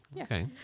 Okay